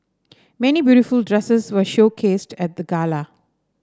many beautiful dresses were showcased at the gala